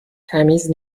تمیز